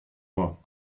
moi